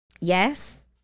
Yes